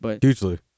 Hugely